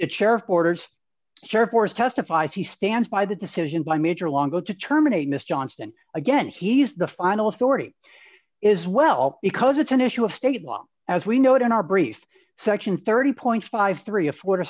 it sheriff orders sure force testifies he stands by the decision by major longo to terminate miss johnston again he's the final authority is well because it's an issue of state law as we know it in our brief section thirty fifty three of four to